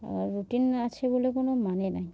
আর routine আছে বলে কোনো মানে নেই